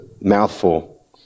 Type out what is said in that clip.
mouthful